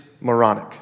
moronic